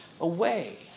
away